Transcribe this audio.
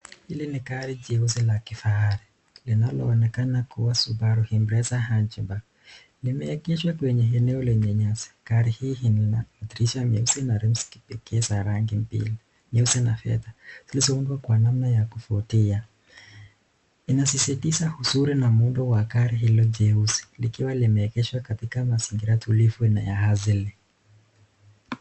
Hili ni gari jeusi la kifahari linaloonekana kuwa Subaru Imprezza hunchback . Limeegeshwa kwenye eneo lenye nyasi. Gari hii ina dirisha nyeusi na rims pekee za rangi mbili, nyeusi na fedha, zilizoundwa kwa namna ya kuvutia. Inasisitiza uzuri na muundo wa gari hilo jeusi likiwa limeegeshwa katika mazingira tulivu na ya hazili.